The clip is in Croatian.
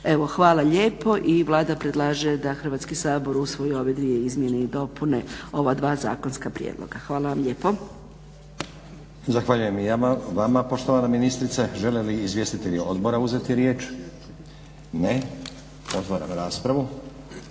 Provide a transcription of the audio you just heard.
Evo hvala lijepo i Vlada predlaže da Hrvatski sabor usvoji ove dvije izmjene i dopune ova dva zakonska prijedloga. Hvala vam lijepo. **Stazić, Nenad (SDP)** Zahvaljujem i ja vama poštovana ministrice. Žele li izvjestitelji odbora uzeti riječ? Ne. Otvaram raspravu.